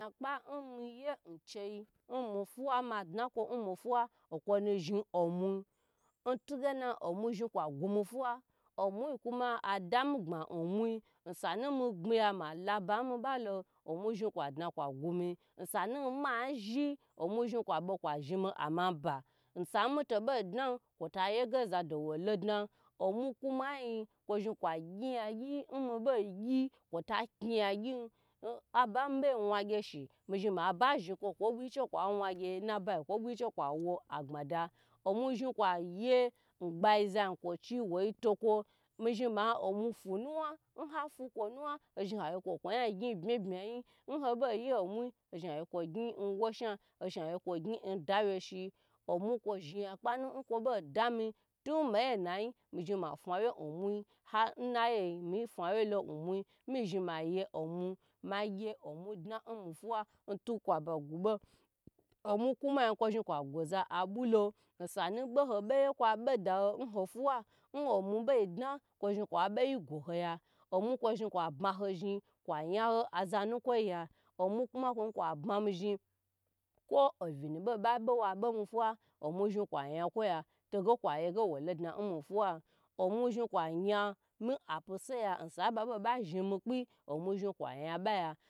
Nyakpa n meye n chei n mi fuwa ma dnako n mi fuwa okonu zhni omwui n tugye na omwui zhni kwa gume fuwa omwui koma adam gbma omwui osanu megbmi ya malo aba n mebalo omwoi zhni ko gumye osanu m a zhi omwui zhni kwabe kwa zhni me amanmba osanu meto boi dna koto yegye zado wolo dnan omwui kwamanyii ko zhni kwagye yagye n meboi gye kota nye yagye aba n mebai wnagye shi mi zhni meba zhni ko ko bwagyi che kwawo agbada omwoi zhni koye gbagyi zankwo chi woi toko me zhni ma-a omwui fwunu wna n hafwu ko nuwna hozhni hagye ko gye n bmabmayi n hobo ye omwui ho zhni hagye ko gyi n woshna ho zhni hagye ko gyi dawye shi omwui ko zhni nyakpa nu n damyi tun myi nai mezhni ma fwawye omwui har n nayai mi fwuwye lo omwui mi zhni maye omwui ma gye omwui dna mi fwuwa n tukwa ba gwubo omwui kuma ko zhni kwa goza abwulo osanu boho boda ho n wo fwuwa n omwui bodna kozhni kwa boyi goho ya omwui kozhni ko bma hozhni kwanya haza nukoi ya omwui kuma kozhni kwa bmaho zhni ko ovyi nu babo ba ho fwuwa omwui zhni kwa nya koya togya kwaye gye wolodna n ho fwuwa n omwui zhni kwa nya mi apise ya n sai n babei bazhni mi pyi omwui zhni kwanya baya.